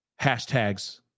hashtags